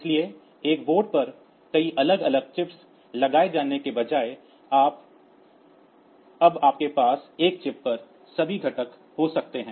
इसलिए एक बोर्ड पर कई अलग अलग चिप्स लगाए जाने के बजाय अब आपके पास एक चिप पर सभी घटक हो सकते हैं